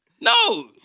No